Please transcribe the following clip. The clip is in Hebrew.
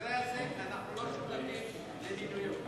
במקרה הזה, אנחנו לא שותפים למינויו.